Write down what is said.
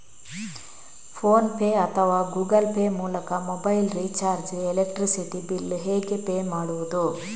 Phone pay ಅಥವಾ Google Pay ಮೂಲಕ mobile recharge, electricity bill ಹೇಗೆ ಪೇ ಮಾಡುವುದು?